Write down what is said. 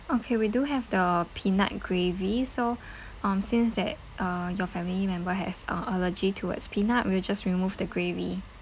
okay we do have the peanut gravy so um since that uh your family member has uh allergy towards peanut we'll just remove the gravy